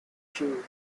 chief